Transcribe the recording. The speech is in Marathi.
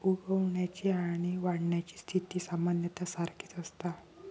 उगवण्याची आणि वाढण्याची स्थिती सामान्यतः सारखीच असता